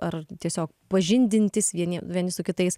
ar tiesiog pažindintis vieni vieni su kitais